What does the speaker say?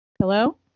Hello